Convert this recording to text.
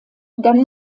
dann